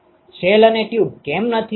shell અને tube કેમ નથી